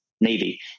Navy